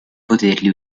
poterli